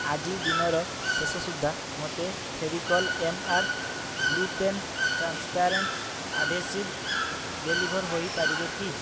ଆଜି ଦିନର ଶେଷ ସୁଦ୍ଧା ମୋତେ Fevicol M R glue pen transparent adhesive deliver ହୋଇପାରିବେ କି